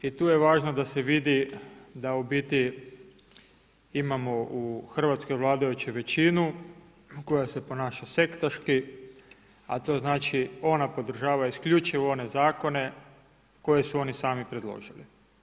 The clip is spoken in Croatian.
I tu je važno da se vidi da u biti imamo u Hrvatskoj vladajuću većinu koja se ponaša sektaški a to znači ona podržava isključivo one zakone koje su oni sami predložili.